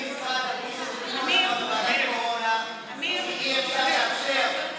משרד הבריאות, אי-אפשר לאפשר